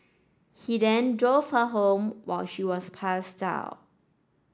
he then drove her home while she was passed out